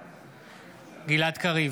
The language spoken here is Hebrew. בעד גלעד קריב,